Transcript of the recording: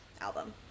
album